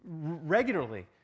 regularly